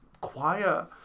choir